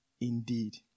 indeed